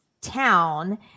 town